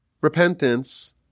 repentance